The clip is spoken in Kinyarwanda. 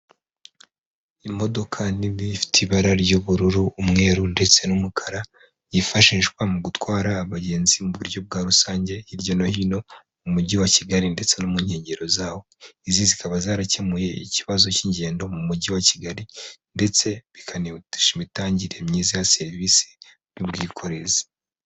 Imodoka nini ifite ibara ry'ubururu, umweru, ndetse n'umukara yifashishwa mu gutwara abagenzi mu buryo bwa rusange hirya no hino mu mujyi wa Kigali ndetse no mu nkengero zawo, izi zikaba zarakemuye ikibazo k'ingendo mu mugi wa Kigali ndetse bikanihutisha imitangire myiza ya serivisi z'ubwikorezi.